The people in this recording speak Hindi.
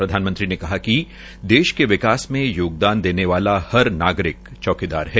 प्रधानमंत्री ने कहा कि देश के विकास में योगदान देने वाला हर नागरिक चौकीदार है